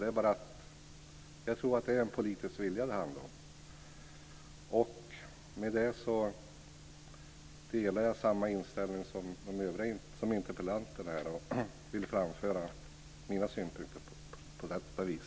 Jag tror att det handlar om en politisk vilja. Med detta delar jag samma inställning som interpellanterna, och jag ville framföra mina synpunkter på detta vis.